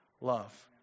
love